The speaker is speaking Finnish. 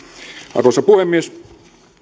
arvoisa puhemies